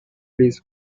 لیز